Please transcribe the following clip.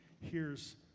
hears